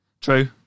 True